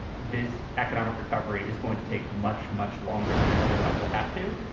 this economic recovery is going to take much, much longer than it otherwise will have to.